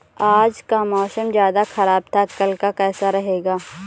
आज का मौसम ज्यादा ख़राब था कल का कैसा रहेगा?